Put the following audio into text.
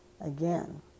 again